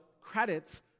credits